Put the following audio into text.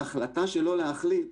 ההחלטה לא להחליט,